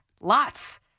Lots